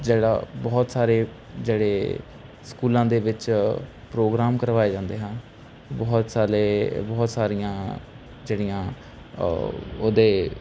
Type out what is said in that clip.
ਜਿਹੜਾ ਬਹੁਤ ਸਾਰੇ ਜਿਹੜੇ ਸਕੂਲਾਂ ਦੇ ਵਿੱਚ ਪ੍ਰੋਗਰਾਮ ਕਰਵਾਏ ਜਾਂਦੇ ਹਨ ਬਹੁਤ ਸਾਰੇ ਬਹੁਤ ਸਾਰੀਆਂ ਜਿਹੜੀਆਂ ਉਹਦੇ